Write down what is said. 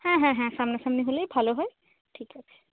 হ্যাঁ হ্যাঁ হ্যাঁ সামনা সামনি হলেই ভালো হয় ঠিক আছে